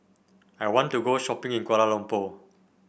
I want to go shopping in Kuala Lumpur